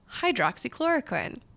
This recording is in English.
hydroxychloroquine